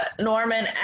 Norman